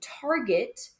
target